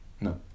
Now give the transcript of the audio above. no